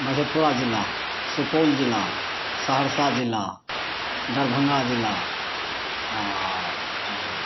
मधेपुरा जिला सुपौल जिला सहरसा जिला दरभङ्गा जिला आ